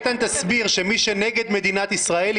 שמי שנגד מדינת ישראל,